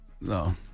No